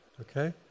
okay